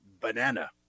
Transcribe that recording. banana